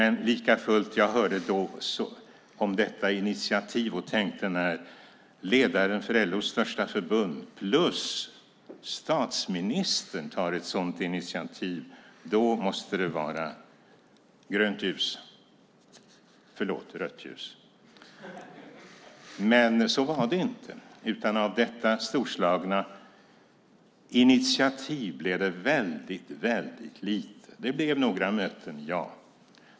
Likafullt hörde jag om detta initiativ och tänkte att när ledaren för LO:s största förbund plus statsministern tar ett sådant initiativ måste det vara grönt ljus - förlåt, rött ljus. Men så var det inte. Av detta storslagna initiativ blev det väldigt lite. Det blev några möten, ja.